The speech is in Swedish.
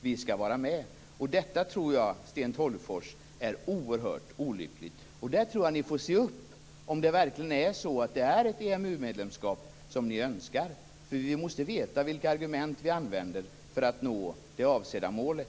Vi skall vara med. Detta är oerhört olyckligt, Sten Tolgfors. Ni får nog ta och se upp om det verkligen är ett EMU medlemskap som ni önskar. Vi måste veta vilka argument vi använder för att nå det avsedda målet.